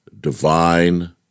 Divine